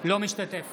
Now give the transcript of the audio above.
אינו משתתף